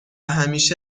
همیشه